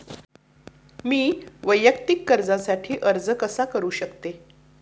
मी वैयक्तिक कर्जासाठी अर्ज कसा करु शकते?